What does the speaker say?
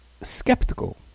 skeptical